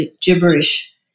gibberish